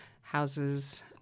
houses